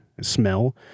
smell